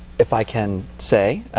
if i can say,